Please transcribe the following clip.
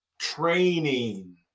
training